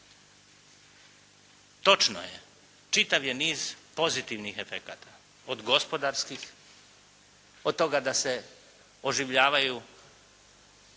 Točno je, čitav je niz pozitivnih efekata, od gospodarskih, od toga da se oživljavaju